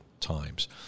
times